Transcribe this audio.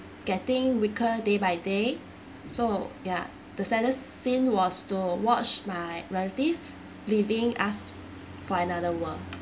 getting weaker day by day so ya the saddest scene was to watch my relative leaving us for another world